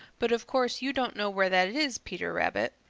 but of course you don't know where that is, peter rabbit.